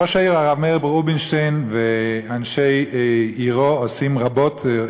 ראש העיר הרב מאיר רובינשטיין ואנשי עירו עושים רבות,